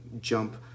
jump